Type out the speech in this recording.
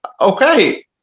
okay